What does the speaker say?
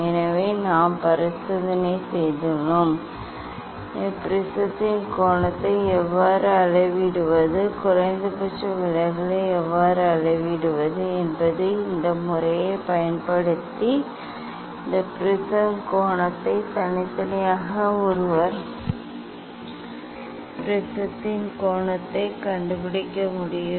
ஏற்கனவே நாம் பரிசோதனையைச் செய்துள்ளோம் ப்ரிஸத்தின் கோணத்தை எவ்வாறு அளவிடுவது குறைந்தபட்ச விலகலை எவ்வாறு அளவிடுவது என்பது இந்த முறையைப் பயன்படுத்தாமல் இந்த பிரிஸின் கோணத்தை தனித்தனியாக ஒருவர் பிரிஸத்தின் கோணத்தையும் கண்டுபிடிக்க முடியும்